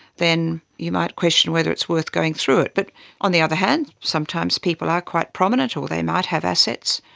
then you might question whether it's worth going through it. but on the other hand, sometimes people are quite prominent or they might have assets,